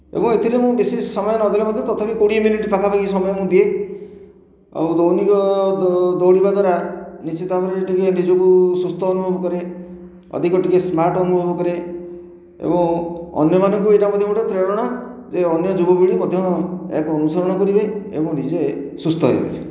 ଏବଂ ଏଥିରେ ମୁଁ ବେଶୀ ସମୟ ନଦେଲେ ମଧ୍ୟ ତଥାପି କୋଡ଼ିଏ ମିନିଟ ପାଖାପାଖି ସମୟ ମୁଁ ଦିଏ ଆଉ ଦୈନିକ ଦୌଡ଼ିବା ଦ୍ୱାରା ନିଶ୍ଚିତ ଭାବରେ ଟିକେ ନିଜକୁ ସୁସ୍ଥ ଅନୁଭବ କରେ ଅଧିକ ଟିକେ ସ୍ମାର୍ଟ ଅନୁଭବ କରେ ଏବଂ ଅନ୍ୟମାନଙ୍କୁ ଏଇଟା ମଧ୍ୟ ଗୋଟିଏ ପ୍ରେରଣା ଯେ ଅନ୍ୟ ଯୁବପିଢୀ ମଧ୍ୟ ଏହାକୁ ଅନୁସରଣ କରିବେ ଏବଂ ନିଜେ ସୁସ୍ଥ ହେବେ